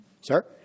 Sir